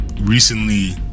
Recently